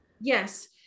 Yes